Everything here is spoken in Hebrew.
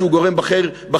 שהוא גורם בכיר,